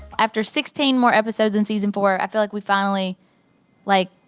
after sixteen more episodes in season four, i feel like we finally like